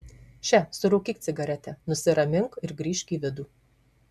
še surūkyk cigaretę nusiramink ir grįžk į vidų